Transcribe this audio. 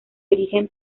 origen